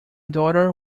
daughter